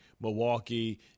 Milwaukee